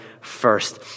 first